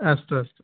अस्तु अस्तु